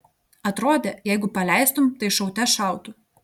atrodė jeigu paleistum tai šaute šautų